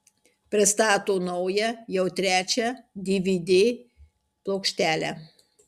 pristato naują jau trečią dvd plokštelę